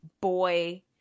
boy